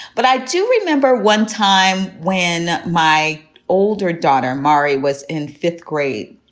but i do remember one time when my older daughter marie was in fifth grade,